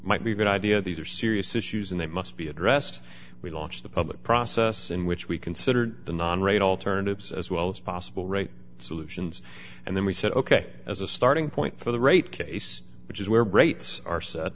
might be a good idea these are serious issues and they must be addressed we launched the public process in which we considered the non rate alternatives as well as possible right solutions and then we said ok as a starting point for the rate case which is where greats are